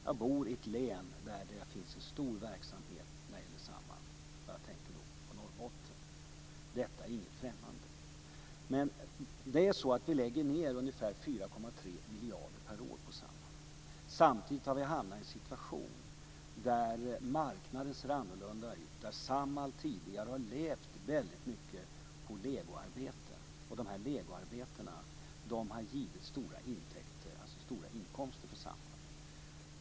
Jag bor i ett län där det finns en stor verksamhet när det gäller Samhall, nämligen Norrbotten. Detta är inget främmande. Vi lägger ned ungefär 4,3 miljarder per år på Samhall. Samtidigt har vi hamnat i en situation där marknaden ser annorlunda ut. Samhall har tidigare levt väldigt mycket på legoarbete, och dessa legoarbeten har givit stora inkomster för Samhall.